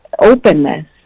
openness